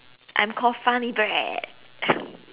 I'm called funny bread